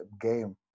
game